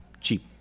cheap